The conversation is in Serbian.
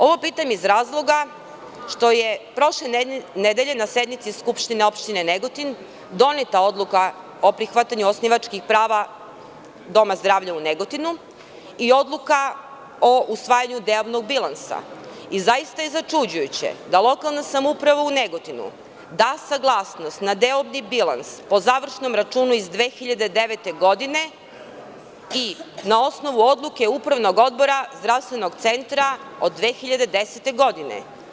Ovo pitam iz razloga što je prošle nedelje na sednici SO Negotin doneta odluka o prihvatanju osnivačkih prava Doma zdravlja u Negotinu i odluka o usvajanju deobnog bilansa i zaista je začuđujuće da lokalna samouprava u Negotinu da saglasnost na deobni bilans po završnom računu iz 2009. godine i na osnovu odluke Upravnog odbora zdravstvenog centra od 2010. godine.